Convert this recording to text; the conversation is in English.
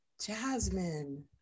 jasmine